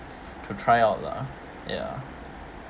to try out lah ya